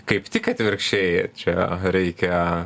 kaip tik atvirkščiai čia reikia